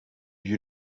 you